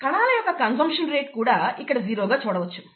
కణాల యొక్క consumption rate కూడా ఇక్కడ జీరో గా చూడవచ్చు